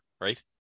right